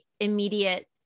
immediate